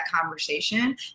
conversation